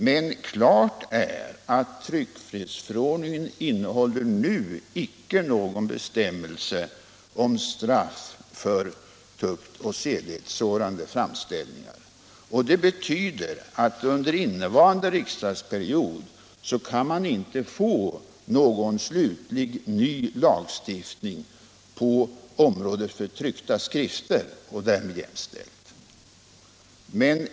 Men klart är att tryckfrihetsförordningen nu icke innehåller någon bestämmelse om straff för tuktoch sedlighetssårande framställningar. Det betyder att man under innevarande riksmötesperiod inte kan få någon slutlig ny lagstiftning på området för tryckta skrifter och därmed jämställda ting.